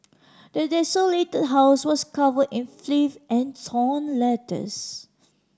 the desolated house was covered in filth and torn letters